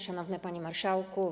Szanowny Panie Marszałku!